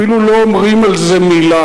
אפילו לא אומרים על זה מלה.